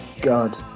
god